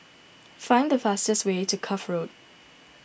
find the fastest way to Cuff Road